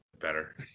better